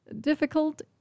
Difficult